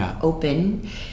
open